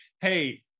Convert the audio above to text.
hey